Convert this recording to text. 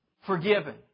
forgiven